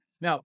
Now